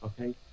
Okay